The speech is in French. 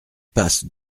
passe